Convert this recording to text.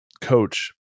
coach